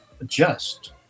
adjust